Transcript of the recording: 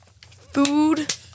Food